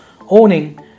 owning